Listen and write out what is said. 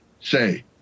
say